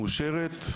מאושרת,